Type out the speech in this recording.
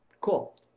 Cool